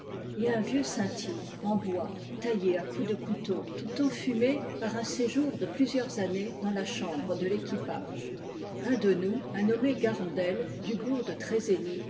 et un vieux saint yves en bois taillé à coups de couteau tout enfumé par un séjour de plusieurs années dans la chambre de l'équipage un de nous un nommé garandel du bourg de